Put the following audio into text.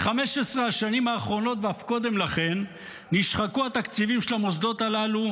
ב-15 השנים האחרונות ואף קודם לכן נשחקו התקציבים של המוסדות הללו,